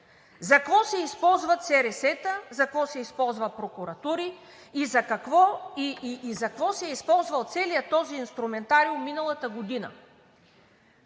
За какво се използват СРС-та, за какво се използват прокуратури и за какво се е използвал целият този инструментариум миналата година?